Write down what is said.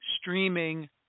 streaming